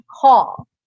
call